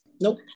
nope